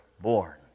born